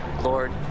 Lord